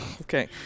Okay